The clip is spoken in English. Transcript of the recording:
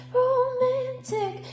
romantic